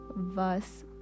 verse